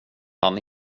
han